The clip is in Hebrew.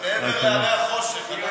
מעבר להרי החושך.